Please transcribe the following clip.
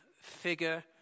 figure